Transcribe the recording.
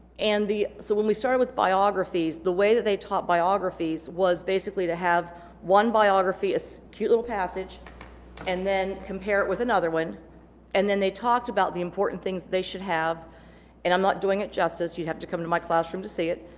and so when we started with biographies the way that they taught biographies was basically to have one biography a cute little passage and then compare it with another one and then they talked about the important things they should have and i'm not doing it justice you have to come to my classroom to see it